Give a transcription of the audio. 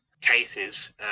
cases